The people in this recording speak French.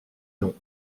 non